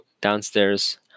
downstairs